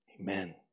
Amen